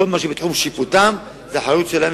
כל מה שבתחום שיפוטן זה באחריות שלהן,